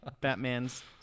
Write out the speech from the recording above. Batman's